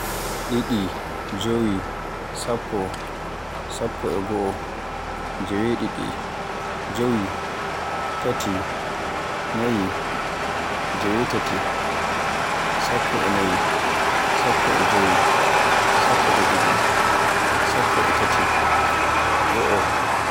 ɗili, jowi, sappo, sappe e goo, jeweɗiɗi, jowi, tati, nayi, jewetati, sappo e nayi, sappo e jowi, sappo e tatai, sappo e ɗiɗi, go'o.